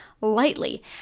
lightly